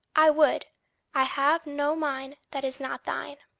i would i have no mine that is not thine.